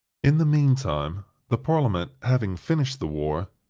in the mean time, the parliament, having finished the war,